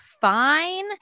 fine